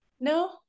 No